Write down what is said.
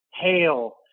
hail